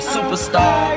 Superstar